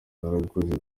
narabikoze